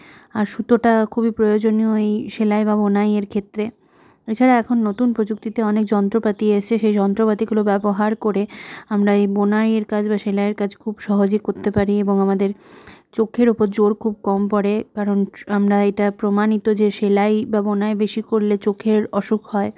আর সুতোটা খুবই প্রয়োজনীয় এই সেলাই বা বোনাইের ক্ষেত্রে এছাড়া এখন নতুন প্রযুক্তিতে অনেক যন্ত্রপাতি এসেছে সে যন্ত্রপাতিগুলো ব্যবহার করে আমরা এই বোনাইের কাজ বা সেলাইয়ের কাজ খুব সহজে করতে পারি এবং আমাদের চোখের উপর জোর খুব কম পড়ে কারণ আমরা এটা প্রমাণিত যে সেলাই বা বোনাই বেশি করলে চোখের অসুখ হয়